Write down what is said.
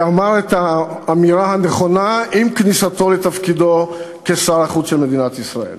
ואמר את האמירה הנכונה עם כניסתו לתפקידו כשר החוץ של מדינת ישראל.